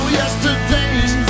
yesterdays